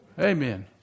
Amen